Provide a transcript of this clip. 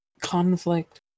conflict